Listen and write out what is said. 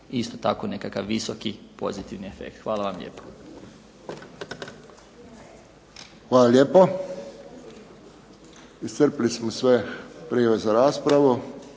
isto tako nekakav visoki pozitivni efekt. Hvala vam lijepo. **Friščić, Josip (HSS)** Hvala lijepo. Iscrpili smo sve prijave za raspravu.